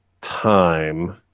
time